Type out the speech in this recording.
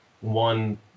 one